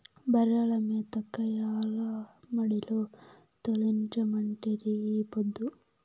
బర్రెల మేతకై ఆల మడిలో తోలించమంటిరి ఈ పొద్దు